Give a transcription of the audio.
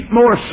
more